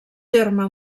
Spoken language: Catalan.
terme